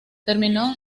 terminó